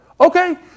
Okay